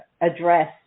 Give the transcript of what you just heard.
address